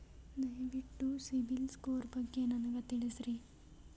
ದಯವಿಟ್ಟು ಸಿಬಿಲ್ ಸ್ಕೋರ್ ಬಗ್ಗೆ ನನಗ ತಿಳಸರಿ?